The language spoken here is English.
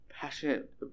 passionate